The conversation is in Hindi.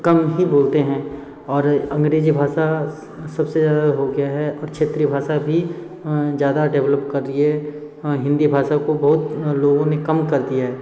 कम ही बोलते हैं और अंग्रेजी भाषा सबसे ज़्यादा हो गया है और क्षेत्रीय भाषा भी ज़्यादा डेवलप कर रही है हिंदी भाषा को बहुत लोगों ने कम कर दिया है